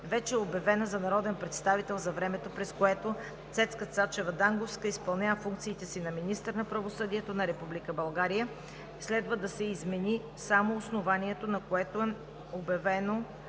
вече е обявена за народен представител за времето, през което Цецка Цачева Данговска изпълнява функциите на министър на правосъдието на Република България, следва да се измени само основанието, на което е обявена